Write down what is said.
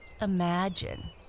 imagine